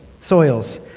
soils